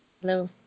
Hello